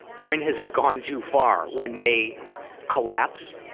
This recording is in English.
when has it gone too far, when they collapse?